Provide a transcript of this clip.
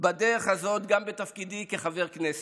בדרך הזאת גם בתפקידי כחבר הכנסת.